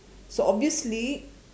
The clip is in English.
so obviously